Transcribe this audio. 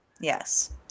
Yes